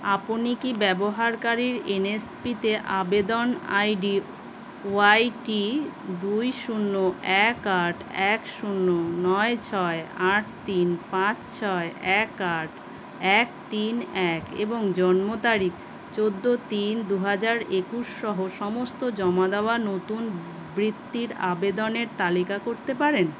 আপনি কি ব্যবহারকারীর এনএসপিতে আবেদন আইডি ওয়াইটি দুই শূন্য এক আট এক শূন্য নয় ছয় আট তিন পাঁচ ছয় এক আট এক তিন এক এবং জন্ম তারিখ চোদ্দো তিন দু হাজার একুশ সহ সমস্ত জমা দেওয়া নতুন বৃত্তির আবেদনের তালিকা করতে পারেন